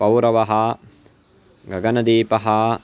पौरवः गगनदीपः